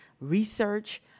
research